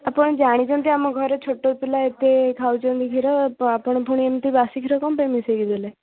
ଆପଣ ଜାଣିଛନ୍ତି ଆମ ଘରେ ଛୋଟ ପିଲା ଏତେ ଖାଉଛନ୍ତି କ୍ଷୀର ତ ଆପଣ ପୁଣି ଏମିତି ବାସି କ୍ଷୀର କ'ଣ ପାଇଁ ମିଶାଇକି ଦେଲେ